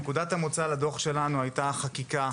נקודת המוצא לדוח שלנו הייתה החקיקה